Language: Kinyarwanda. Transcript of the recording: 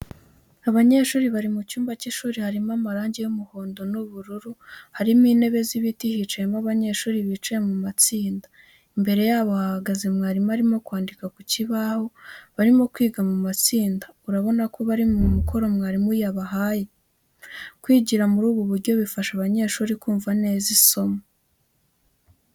Abanyeshuri bari mu cyumba cy'ishuri harimo amarangi y'umuhondo n'ubururu, harimo intebe z'ibiti hicayemo abanyeshuri bicaye mu matsinda, imbere yabo hahagaze mwarimu arimo kwandika ku kibaho, barimo kwiga mu matsinda, urabona ko bari mu mukoro mwarimu yabahaye. Kwigira muri ubu buryo bifasha abanyeshuri kumva neza isomo.